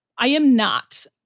i am not.